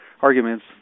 arguments